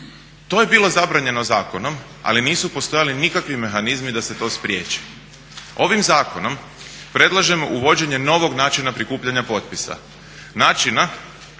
To je bilo zabranjeno zakonom ali nisu postojali nikakvi mehanizmi da se to spriječi. Ovim zakonom predlažemo uvođenje novog načina prikupljanja potpisa. Način